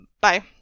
bye